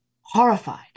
horrified